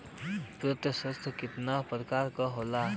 वित्तीय संस्था कितना प्रकार क होला?